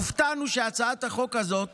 הופתענו שהצעת החוק הזאת